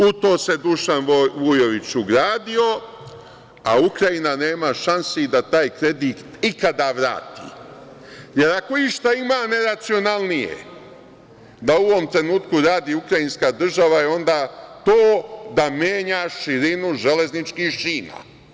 U to se Dušan Vujović ugradio, a Ukrajina nema šansi da taj kredit ikada vrati, jer ako išta ima neracionalnije da u ovom trenutku radi ukrajinska država, je onda to da menja širinu železničkih šina.